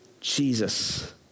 Jesus